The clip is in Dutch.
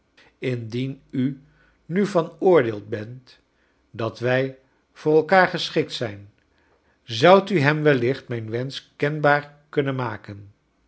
indien u nu van oordeel bent dat wij voor elkaar geschikt zijn zoudt u hem wellicht mijn wensch kenbaar kunnen maken